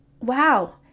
wow